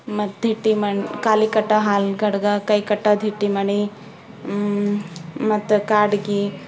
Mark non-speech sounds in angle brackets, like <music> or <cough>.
ಮತ್ತು <unintelligible> ಕಾಲಿಗೆ ಕಟ್ಟೋ ಹಾಲ್ಗಡಗ ಕೈ ಕಟ್ಟೋದು ಹಿಟ್ಟಿ ಮಣಿ ಮತ್ತೆ ಕಾಡಿಗೆ